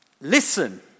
Listen